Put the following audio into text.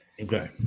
Okay